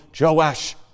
Joash